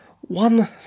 one